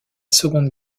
seconde